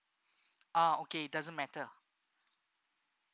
ah okay doesn't matter